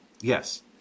yes